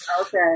Okay